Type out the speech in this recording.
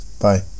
Bye